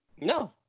No